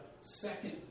second